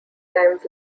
times